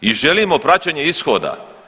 I želimo praćenje ishoda.